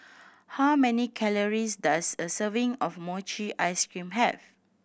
how many calories does a serving of mochi ice cream have